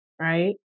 right